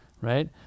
right